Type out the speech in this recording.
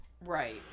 Right